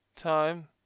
time